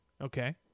Okay